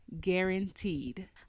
Guaranteed